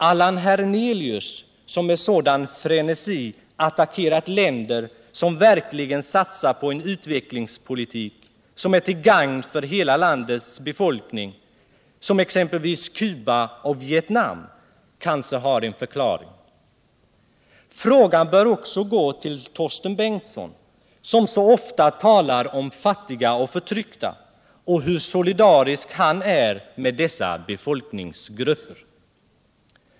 Allan Hernelius, som med sådan frenesi attackerat länder som verkligen satsar på en utvecklingspolitik som är till gagn för hela landets befolkning, exempelvis Cuba och Vietnam, kanske har en förklaring? Frågan bör också gå till Torsten Bengtson, som så ofta talar om fattiga och förtryckta och om hur solidarisk han är med dessa befolkningsgrupper.